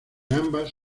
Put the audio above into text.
ambas